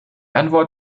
antwort